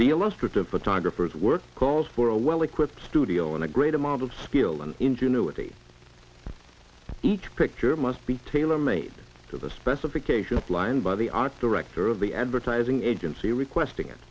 illustrative photographers work calls for a well equipped studio and a great amount of skill and ingenuity each picture must be tailor made to the specifications line by the art director of the advertising agency requesting it